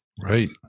Right